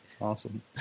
Awesome